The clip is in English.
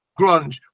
grunge